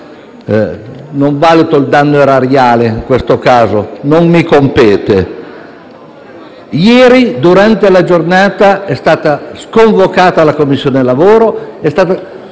Non valuto il danno erariale, in questo caso, non mi compete. Ieri, durante la giornata, è stata sconvocata la Commissione lavoro; la